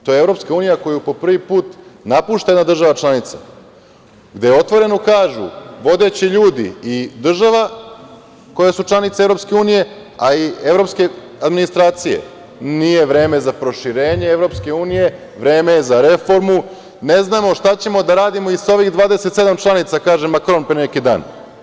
To je EU koju po prvi put napušta jedna država članica, gde otvoreno kažu vodeći ljudi i država, koje su članice EU, a i evropske administracije, nije vreme za proširenje EU, vreme je za reformu, ne znamo šta ćemo da radimo i sa ovih 27 članica, kaže Makron pre neki dan.